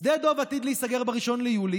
שדה דב עתיד להיסגר ב-1 ביולי.